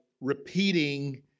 repeating